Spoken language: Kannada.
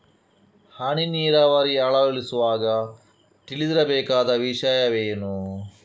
ಹನಿ ನೀರಾವರಿ ಅಳವಡಿಸುವಾಗ ತಿಳಿದಿರಬೇಕಾದ ವಿಷಯವೇನು?